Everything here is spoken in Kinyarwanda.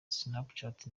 snapchat